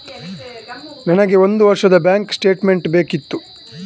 ನನಗೆ ಒಂದು ವರ್ಷದ ಬ್ಯಾಂಕ್ ಸ್ಟೇಟ್ಮೆಂಟ್ ಬೇಕಿತ್ತು